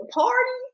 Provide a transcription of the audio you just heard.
party